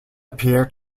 appear